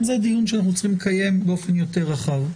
זה דיון שאנחנו צריכים לקיים באופן יותר רחב.